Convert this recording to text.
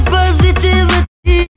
positivity